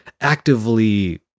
actively